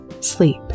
sleep